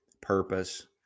purpose